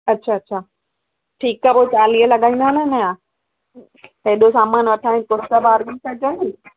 अच्छा अच्छा ठीक आहे पोइ चालीह लॻाईंदव न इन जा हेॾो सामानु वठां त कुझु त